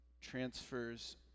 transfers